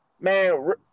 man